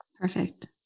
Perfect